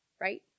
right